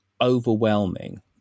overwhelming